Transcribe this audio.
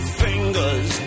fingers